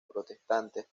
protestantes